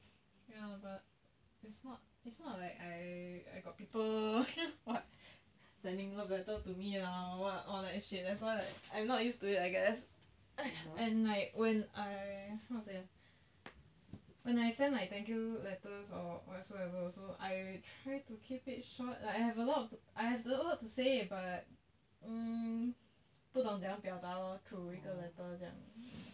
ya but it's not it's not like I I got people what sending love letter to me lah or what all that shit that's why like I'm not used to it I guess and like when I how to say ah when I send like thank you letters or whatsoever also I try to keep it short I have a lot of to I have a lot of to say but um 不懂怎样表达喽 through 一个 letter 这样